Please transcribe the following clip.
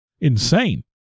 insane